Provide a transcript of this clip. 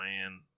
man